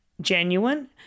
genuine